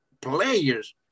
players